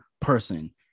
person